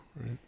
right